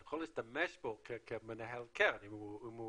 אתה י כול להשתמש בו כמנהל קרן אם הוא